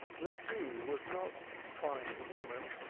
the cue was not find the woman,